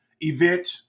event